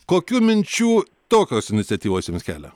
kokių minčių tokios iniciatyvos jums kelia